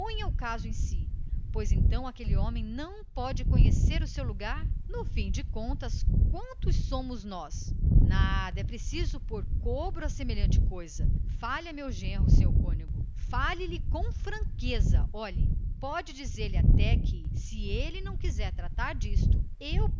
caso em si pois então aquele não sei que diga precisa que lhe gritem aos ouvidos qual é o seu lugar no fim de contas quantos somos nós nada nada é precioso pôr cobro a semelhante coisa fale a meu genro senhor cônego fale lhe com franqueza olhe pode dizer-lhe até que se ele não quiser tratar disto eu